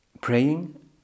praying